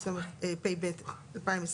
התשפ"ב- 2022"